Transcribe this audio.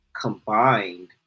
combined